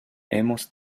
hemos